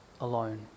alone